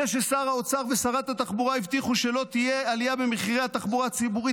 שר האוצר ושרת התחבורה הבטיחו שלא תהיה עלייה במחירי התחבורה הציבורית.